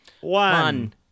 One